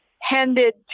handed